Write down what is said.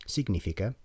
Significa